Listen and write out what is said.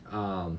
um